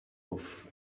off